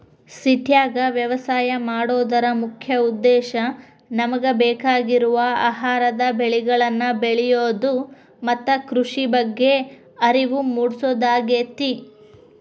ಸಿಟ್ಯಾಗ ವ್ಯವಸಾಯ ಮಾಡೋದರ ಮುಖ್ಯ ಉದ್ದೇಶ ನಮಗ ಬೇಕಾಗಿರುವ ಆಹಾರದ ಬೆಳಿಗಳನ್ನ ಬೆಳಿಯೋದು ಮತ್ತ ಕೃಷಿ ಬಗ್ಗೆ ಅರಿವು ಮೂಡ್ಸೋದಾಗೇತಿ